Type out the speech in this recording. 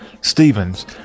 stevens